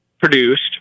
produced